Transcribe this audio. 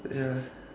ya